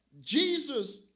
Jesus